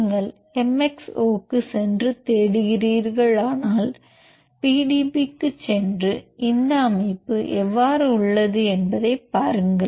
நீங்கள் MXO க்குச் சென்று தேடுகிறீர்களானால் PDB க்குச் சென்று இந்த அமைப்பு எவ்வாறு உள்ளது என்பதைப் பாருங்கள்